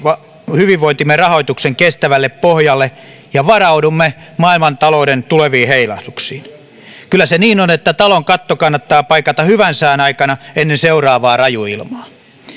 hyvinvointimme rahoituksen kestävälle pohjalle ja varaudumme maailmantalouden tuleviin heilahduksiin kyllä se niin on että talon katto kannattaa paikata hyvän sään aikana ennen seuraavaa rajuilmaa